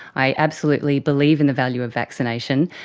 i absolutely believe in the value of vaccination,